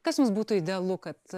kas jums būtų idealu kad